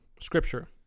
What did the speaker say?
scripture